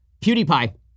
PewDiePie